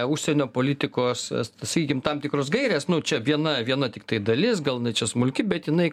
užsienio politikos sakykim tam tikros gairės nu čia viena viena tiktai dalis gal jinai čia smulki bet jinai